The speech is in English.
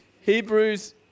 Hebrews